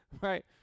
Right